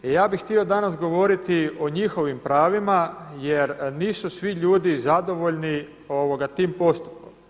Ja bih htio danas govoriti o njihovim pravima jer nisu svi ljudi zadovoljni tim postupkom.